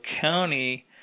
County